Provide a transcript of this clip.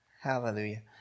Hallelujah